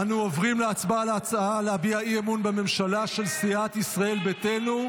אנו עוברים להצבעה על ההצעה להביע אי-אמון בממשלה של סיעת ישראל ביתנו.